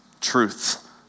Truth